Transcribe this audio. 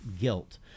guilt